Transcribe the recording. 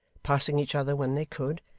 passing each other when they could,